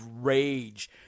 rage